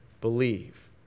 believe